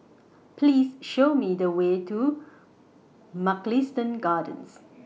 Please Show Me The Way to Mugliston Gardens